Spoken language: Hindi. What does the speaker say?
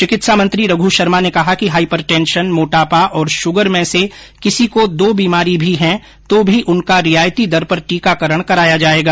चिकित्सा मंत्री रघु शर्मा ने कहा कि हाइपरटेंशन मोटापा और श्गर में से किसी को दो बीमारी भी हैं तो भी उनका रियायती दर पर टीकाकरण कराया जायेगा